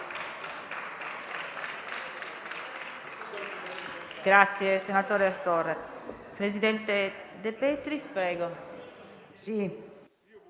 Grazie,